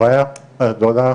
הבעיה הגדולה